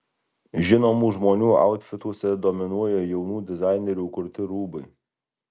žinomų žmonių autfituose dominuoja jaunų dizainerių kurti rūbai